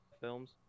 films